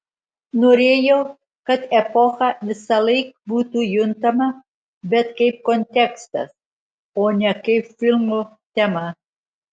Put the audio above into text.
norėjau kad epocha visąlaik būtų juntama bet kaip kontekstas o ne kaip filmo tema